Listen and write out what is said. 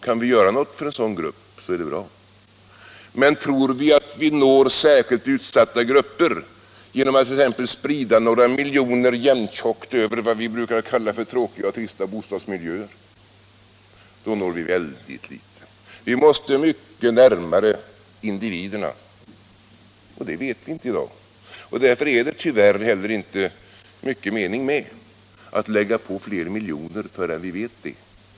Kan vi göra något för en sådan grupp är det bra. Men tror vi att vi når särskilt utsatta grupper genom attt.ex. sprida några miljoner jämntjockt över vad vi kallar tråkiga och trista bostadsmiljöer? Då når vi väldigt litet. Vi måste mycket närmare individerna, och vilka de är vet vi inte i dag. Därför är det tyvärr inte heller mycket mening med att lägga på fler miljoner förrän vi vet detta.